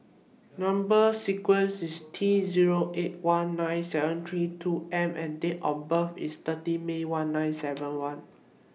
Number sequences IS T Zero eight one nine seven three two M and Date of birth IS thirty May one nine seven one